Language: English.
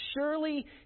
Surely